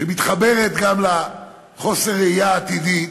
שמתחברת גם לחוסר הראייה העתידית: